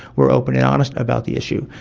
we are open and honest about the issue.